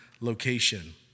location